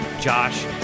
Josh